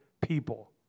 people